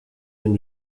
and